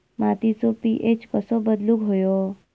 मातीचो पी.एच कसो बदलुक होयो?